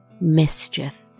mischief